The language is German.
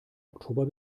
oktober